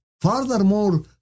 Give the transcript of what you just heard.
Furthermore